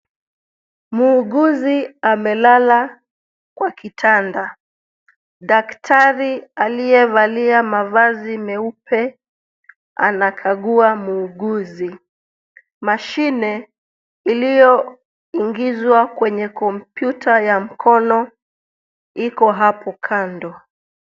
Muuguzi amelala kwa kitanda. Daktari aliyevalia mavazi meupe anakagua muuguzi. Mashine iliyoingizwa kwenye kompyuta ya mkono iko hapo kando.